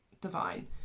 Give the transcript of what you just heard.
divine